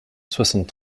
soixante